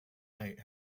night